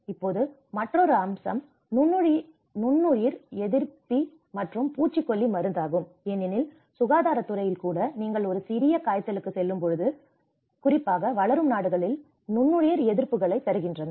இப்போது மற்றொரு அம்சம் நுண்ணுயிர் எதிர்ப்பி மற்றும் பூச்சிக்கொல்லி மருந்தாகும் ஏனெனில் சுகாதாரத் துறையில் கூட நீங்கள் ஒரு சிறிய காய்ச்சலுக்குச் செல்லும்பொழுது குறிப்பாக வளரும் நாடுகளில் நுண்ணுயிர் எதிர்ப்பிகளைப் தருகின்றனர்